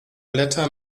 blätter